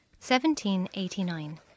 1789